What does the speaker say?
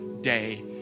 day